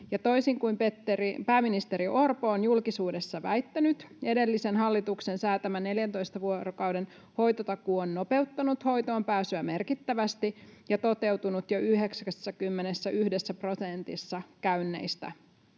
Toisin kuin pääministeri Orpo on julkisuudessa väittänyt, edellisen hallituksen säätämä 14 vuorokauden hoitotakuu on nopeuttanut hoitoonpääsyä merkittävästi ja toteutunut jo 91 prosentissa käynneistä.